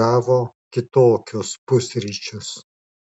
gavo kitokius pusryčius